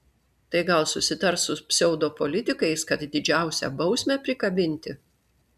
tai gal susitars su pseudopolitikais kad didžiausią bausmę prikabinti